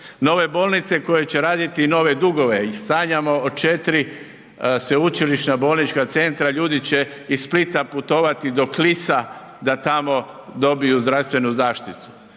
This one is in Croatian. Nove bolnice koje će raditi nove dugova i sanjamo o četiri sveučilišna bolnička centra, ljudi će iz Splita putovati do Klisa da tamo dobiju zdravstvenu zaštitu